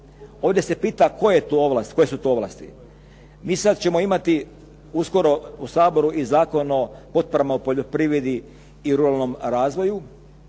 Ovdje se pita koje su to ovlasti. Mi sada ćemo imati uskoro u Saboru i Zakon o potporama u poljoprivredi i ruralnom razvoju